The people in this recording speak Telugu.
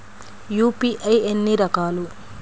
యూ.పీ.ఐ ఎన్ని రకాలు?